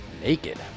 Naked